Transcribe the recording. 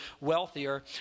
wealthier